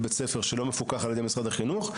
לבית ספר שלא מפוקח על ידי משרד החינוך,